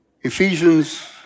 Ephesians